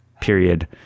period